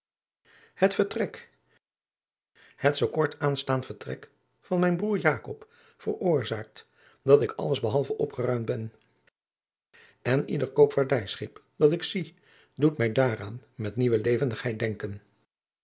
het vertrek het zoo kort aanstaand vertrek van mijn broêr jakob veroorzaakt dat ik alles behalve opgeruimd ben en ieder koopvaardijschip dat ik zie doet mij daaraan met nieuwe levendigheid denken